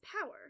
power